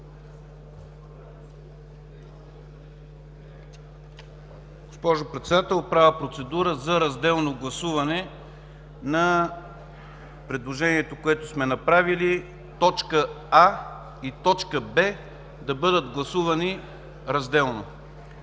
Госпожо Председател, правя процедура за разделно гласуване на предложението, което сме направили – точка „а” и точка „б” да бъдат гласувани разделно.